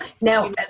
Now